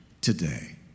today